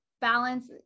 balance